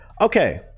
Okay